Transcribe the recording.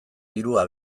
dirua